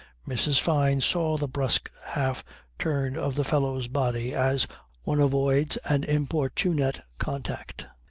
mrs. fyne saw the brusque half turn of the fellow's body as one avoids an importunate contact,